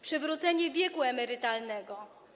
Przywrócenie wieku emerytalnego.